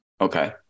Okay